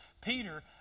Peter